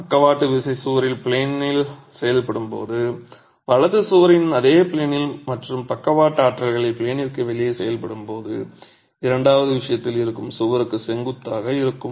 பக்கவாட்டு விசை சுவரின் ப்ளேனில் செயல்படும் போது வலது சுவரின் அதே ப்ளேனில் மற்றும் பக்கவாட்டு ஆற்றல்கள் ப்ளேனிற்கு வெளியே செயல்படும் போது இரண்டாவது விஷயத்தில் இருக்கும் சுவருக்கு செங்குத்தாக இருக்கும்